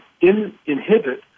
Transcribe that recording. inhibit